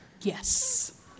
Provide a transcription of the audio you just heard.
Yes